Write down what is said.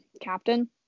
captain